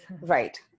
right